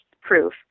proof